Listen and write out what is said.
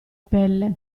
pelle